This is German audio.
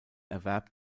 erwerb